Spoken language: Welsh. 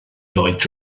lloyd